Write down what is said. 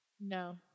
No